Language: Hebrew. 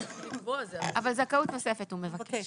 אבל זכאות נוספת הוא מבקש.